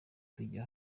tujya